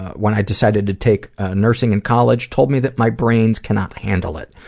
when i decided to take ah nursing in college, told me that my brains cannot handle it.